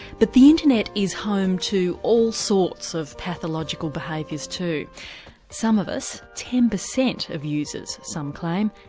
but the internet is home to all sorts of pathological behaviours too. some of us ten percent of users some claim,